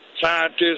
scientists